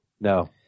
No